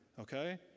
okay